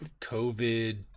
COVID